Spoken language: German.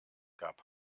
gab